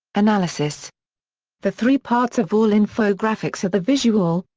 analysis the three parts of all infographics are the visual,